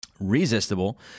resistible